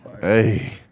Hey